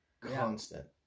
Constant